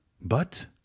But